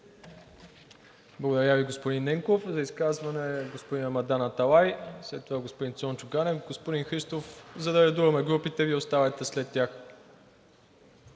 Благодаря Ви, господин Ненков. За изказване – господин Рамадан Аталай, а след това господин Цончо Ганев. Господин Христов, за да редуваме групите, Вие оставате след тях.